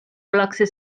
ollakse